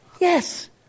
Yes